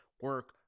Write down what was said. Work